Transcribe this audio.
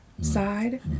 side